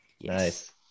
Nice